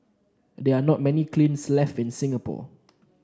there are not many kilns left in Singapore